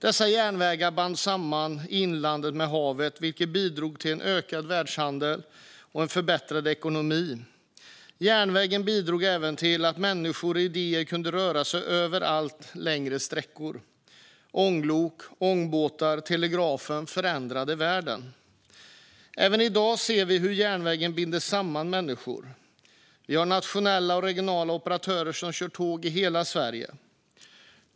Dessa järnvägar band samman inlandet med havet, vilket bidrog till en ökad världshandel och en förbättrad ekonomi. Järnvägen bidrog även till att människor och idéer kunde röra sig över allt längre sträckor. Ånglok, ångbåtar och telegrafen förändrade världen. Även i dag ser vi hur järnvägen binder samman människor. Vi har nationella och regionala operatörer som kör tåg i hela Sverige.